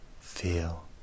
feel